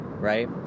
Right